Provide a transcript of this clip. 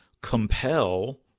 compel